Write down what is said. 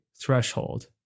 threshold